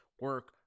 Work